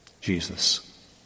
Jesus